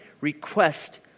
request